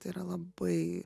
tai yra labai